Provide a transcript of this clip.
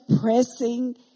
pressing